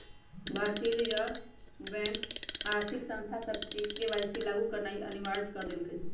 भारतीय reserve bank आर्थिक संस्था सभके के.वाई.सी लागु करनाइ अनिवार्ज क देलकइ